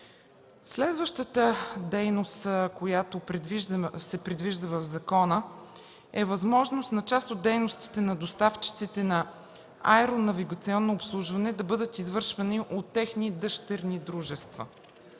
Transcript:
Следващата дейност, която се предвижда в закона, е възможност част от дейностите на доставчиците на аеронавигационно обслужване да бъдат извършвани от техни дъщерни дружества,